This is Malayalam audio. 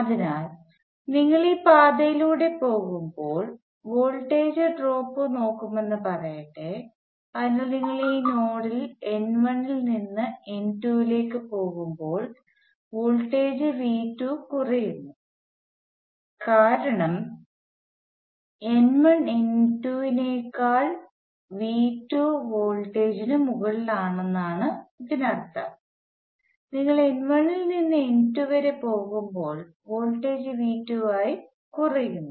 അതിനാൽ നിങ്ങൾ ഈ പാതയിലൂടെ പോകുമ്പോൾ വോൾട്ടേജ് ഡ്രോപ്പ് നോക്കുമെന്ന് പറയട്ടെ അതിനാൽ നിങ്ങൾ ഈ നോഡിൽ n1 ൽ നിന്ന് നോഡ് n2 ലേക്ക് പോകുമ്പോൾ വോൾട്ടേജ് V2 കുറയുന്നു കാരണം n1 n2 നേക്കാൾ വി 2 വോൾടേജ് നു മുകളിൽ ആണ് അതിനർത്ഥം നിങ്ങൾ n1 ൽ നിന്ന് n2 വരെ പോകുമ്പോൾ വോൾട്ടേജ് V2 ആയി കുറയുന്നു